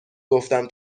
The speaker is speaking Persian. گفتم